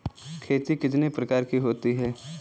खेती कितने प्रकार की होती है?